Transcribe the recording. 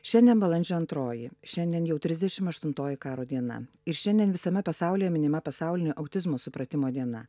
šiandien balandžio antroji šiandien jau trisdešim aštuntoji karo diena ir šiandien visame pasaulyje minima pasaulinė autizmo supratimo diena